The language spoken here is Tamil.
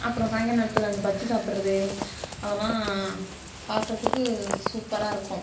அப்புறம் சாயங்கால நேரத்தில் வந்து பஜ்ஜி சாப்பிட்றது அதெல்லாம் பார்க்குறதுக்கு சூப்பராக இருக்கும்